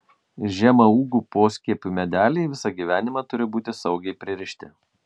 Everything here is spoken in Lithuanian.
žemaūgių poskiepių medeliai visą gyvenimą turi būti saugiai pririšti